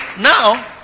Now